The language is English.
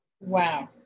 wow